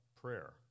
prayer